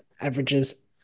averages